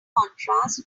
contrast